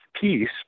peace